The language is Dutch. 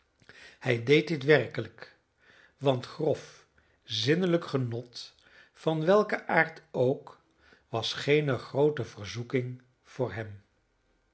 hij deed dit werkelijk want grof zinnelijk genot van welken aard ook was geene groote verzoeking voor hem